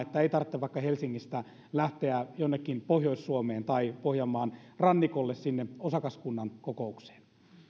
ei tarvitse vaikka helsingistä lähteä jonnekin pohjois suomeen tai pohjanmaan rannikolle osakaskunnan kokoukseen